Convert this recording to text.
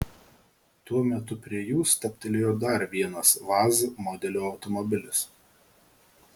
tuo metu prie jų stabtelėjo dar vienas vaz modelio automobilis